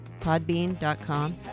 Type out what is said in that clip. podbean.com